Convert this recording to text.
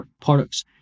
products